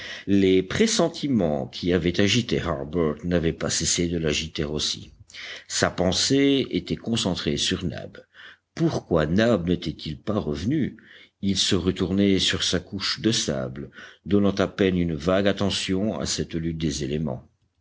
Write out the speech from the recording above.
les pressentiments qui avaient agité harbert n'avaient pas cessé de l'agiter aussi sa pensée était concentrée sur nab pourquoi nab n'était-il pas revenu il se retournait sur sa couche de sable donnant à peine une vague attention à cette lutte des éléments